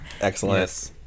Excellent